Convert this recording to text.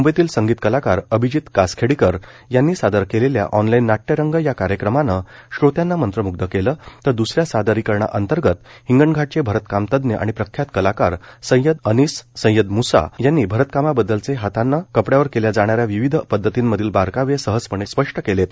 मुंबईतील संगीत कलाकार अभिजीत कासखेडीकर यांनी सादर केलेल्या ऑनलाइन नाट्यरंग या कार्यक्रमानं श्रोत्यांना मंत्रमुग्ध केलं तर दुसऱ्या सादरीकरणा अंतर्गत हिंगणघाटचे भरतकामतज्ज्ञ आणि प्रख्यात कलाकार सय्यद अनीस सय्यद मुसा यांनी भरतकामाबद्दलचे हातानं कपड्यावर केल्या जाणाऱ्या विविध पद्धतींमधील बारकावे सहजपणे स्पष्ट केलेत